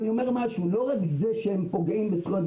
לא רק זה שהם פוגעים בזכויות.